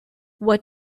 what